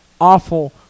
awful